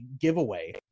giveaway